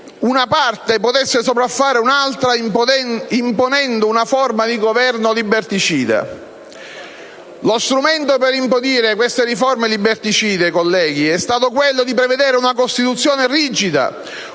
una parte potesse sopraffare un'altra imponendo una forma di Governo liberticida. Lo strumento per impedire riforme liberticide è stato quello di prevedere una Costituzione rigida: